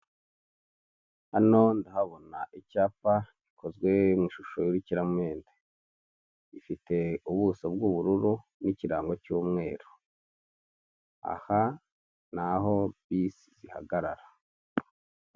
Hano ndahabona icyapa gikozwe mu ishusho y'urukiramende. Gifite ubuso bw'ubururu n'ikirango cy'umweru. Aha ni aho bisi zihagarara.